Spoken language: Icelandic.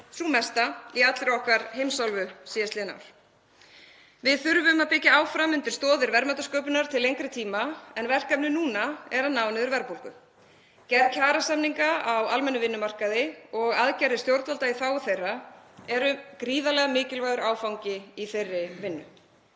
sú mesta í allri okkar heimsálfu síðastliðin ár. Við þurfum að byggja áfram undir stoðir verðmætasköpunar til lengri tíma en verkefnið núna er að ná niður verðbólgu. Gerð kjarasamninga á almennum vinnumarkaði og aðgerðir stjórnvalda í þágu þeirra eru gríðarlega mikilvægur áfangi í þeirri vinnu.